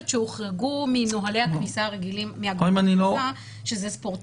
שהוחרגו מנהלי הכניסה הרגילים ואלה ספורטאים,